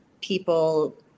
people